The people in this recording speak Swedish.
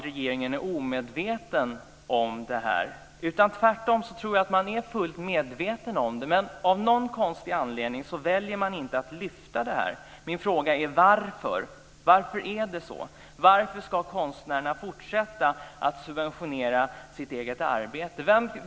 Regeringen är ju inte omedveten om hur det ligger till, men av någon konstig anledning väljer man att inte lyfta fram dessa frågor. Min fråga är: Varför ska konstnärerna fortsätta att subventionera sitt eget arbete?